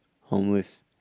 homeless